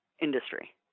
industry